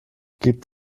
gibt